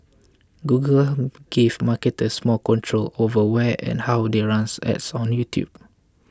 Google gave marketers more control over where and how they run ads on YouTube